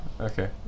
okay